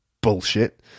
bullshit